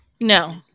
No